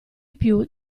più